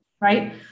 right